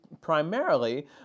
primarily